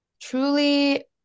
truly